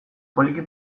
poliki